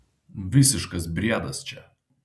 visiškas briedas čia